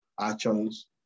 actions